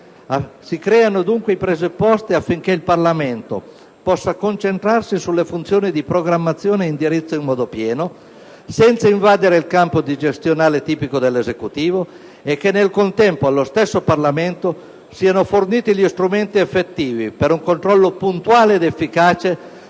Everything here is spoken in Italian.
si creano dunque i presupposti affinché il Parlamento possa concentrarsi sulle funzioni di programmazione e di indirizzo in modo pieno, senza invadere il campo gestionale tipico dell'Esecutivo e affinché, nel contempo, allo stesso Parlamento siano forniti gli strumenti effettivi per un controllo puntuale ed efficace